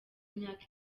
imyaka